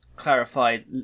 Clarified